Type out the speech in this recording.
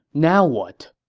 now what?